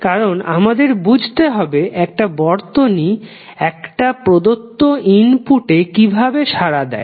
কারণ আমাদের বুঝতে হবে একটা বর্তনী একটি প্রদত্ত ইনপুট এ কিভাবে সাড়া দেয়